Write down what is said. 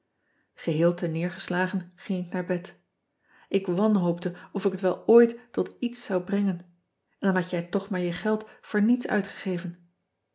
eheel terneergeslagen ging ik naar bed k wanhoopte of ik het wel ooit tot iets zou brengen en dan had jij toch maar je geld voor niets uitgegeven